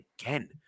again